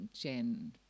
Jen